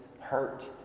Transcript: hurt